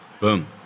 Boom